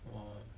!wah!